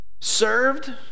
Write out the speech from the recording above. served